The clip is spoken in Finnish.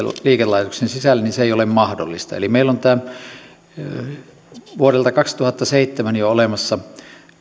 liikelaitoksen sisälle ei ole mahdollista eli meillä on jo vuodelta kaksituhattaseitsemän olemassa